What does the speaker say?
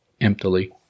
emptily